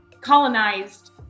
colonized